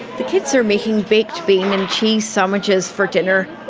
the kids are making baked-bean and cheese sandwiches for dinner.